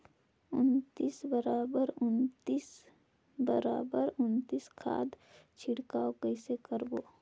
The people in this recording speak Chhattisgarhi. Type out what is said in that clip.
उन्नीस बराबर उन्नीस बराबर उन्नीस खाद छिड़काव कइसे करबो?